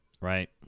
right